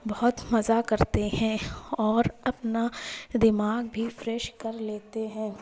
بہت مزہ کرتے ہیں اور اپنا دماغ بھی فریش کر لیتے ہیں